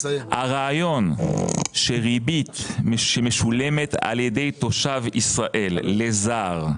מס - הרעיון שריבית שמשולמת על ידי תושב ישראל לזר,